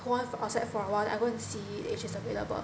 hold on outside for a while I go see if she's available